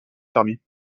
fermier